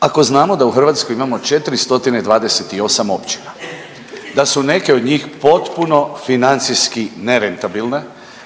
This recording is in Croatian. Ako znamo da u Hrvatskoj imamo 4 stotine i 28 općina, da su neke od njih potpuno financijski nerentabilne.